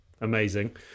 Amazing